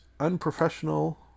unprofessional